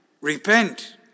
Repent